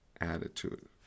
attitude